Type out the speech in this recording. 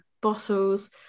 bottles